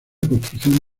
construcción